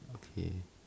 okay